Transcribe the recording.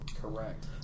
Correct